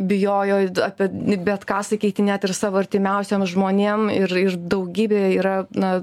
bijojo apie bet ką sakyti net ir savo artimiausiem žmonėm ir ir daugybė yra na